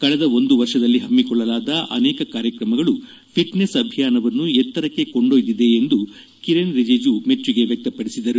ಕಳೆದ ಒಂದು ವರ್ಷದಲ್ಲಿ ಹಮ್ಮಿಕೊಳ್ಳಲಾದ ಅನೇಕ ಕಾರ್ಯಕ್ತಮಗಳು ಫಿಟ್ನೆಸ್ ಅಭಿಯಾನವನ್ನು ಎತ್ತರಕ್ಕೆ ಕೊಂಡ್ಯೊಯ್ದಿದೆ ಎಂದು ಕಿರಣ್ ರಿಜಿಜು ಮೆಚ್ಚುಗೆ ವ್ಯಕ್ತಪಡಿಸಿದರು